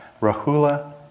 Rahula